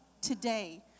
today